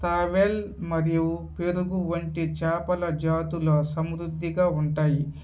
తావెల్ మరియు పెరుగు వంటి చేపల జాతులో సమృద్ధిగా ఉంటాయి